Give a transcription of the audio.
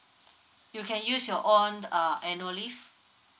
you can use your own uh annual leave